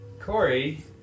Corey